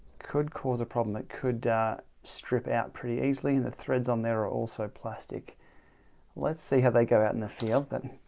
could cause a problem it could strip out pretty easily and the threads on there are also plastic let's see how they go out in the field.